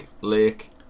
Lake